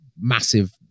massive